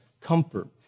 comfort